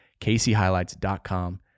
kchighlights.com